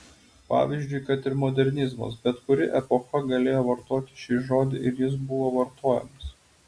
pavyzdžiui kad ir modernizmas bet kuri epocha galėjo vartoti šį žodį ir jis buvo vartojamas